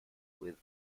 with